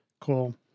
Cool